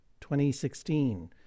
2016